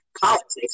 politics